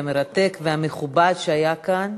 המרתק והמכובד שהיה כאן,